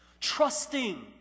trusting